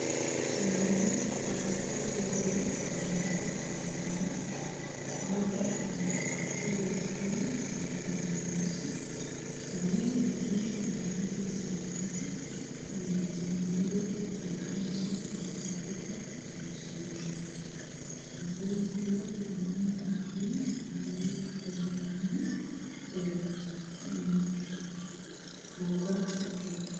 Tunaona pasipoti mbili yamewekwa kwa meza, moja ni ya jamhuri ya Kenya ambayo ni nyeusi na hii ingine ya rangi ya samawati ni ya jamhuri ya nchi za Afrika Mashariki. Pembeni pia tunaona mambili ambayo iko na rangi ya saba ya Kenya.